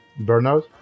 burnout